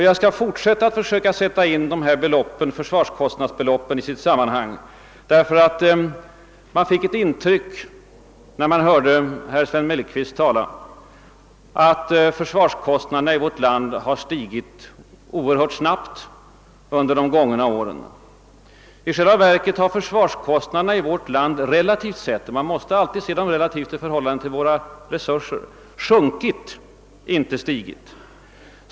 Jag skall fortsätta att försöka sätta in försvarskostnadsbeloppen i deras sammanhang. Jag fick nämligen det intrycket när jag hörde herr Mellqvist anförande, att han menar att försvarskostnaderna i vårt land skulle ha stigit oerhört snabbt under de gångna åren. I själva verket har försvarskostnaderna i vårt land relativt sett — i förhållande till våra resurser och andra utgifter — sjunkit, inte stigit.